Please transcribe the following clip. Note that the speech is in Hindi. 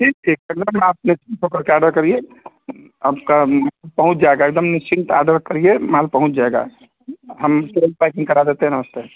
ठीक ठीक आप निश्चिंत हो करके आर्डर करिए आपका पहुँच जाएगा एकदम निश्चिंत आर्डर करिए माल पहुँच जाएगा हम तुरंत पैकिंग करा देते हैं नमस्ते